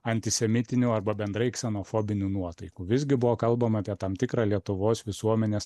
antisemitinių arba bendrai ksenofobinių nuotaikų visgi buvo kalbama apie tam tikrą lietuvos visuomenės